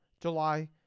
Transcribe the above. july